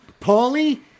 Paulie